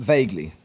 Vaguely